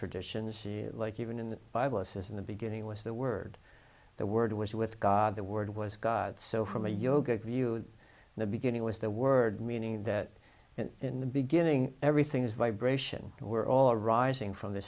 traditions like even in the bible it says in the beginning was the word the word was with god the word was god so from a yoga view the beginning was the word meaning that in the beginning everything is vibration and we're all arising from th